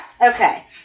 okay